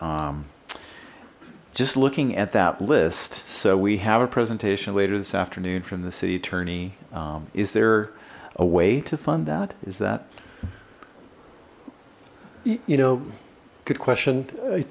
just looking at that list so we have a presentation later this afternoon from the city attorney is there a way to fund that is that you know good question i